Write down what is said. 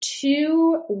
two